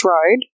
Road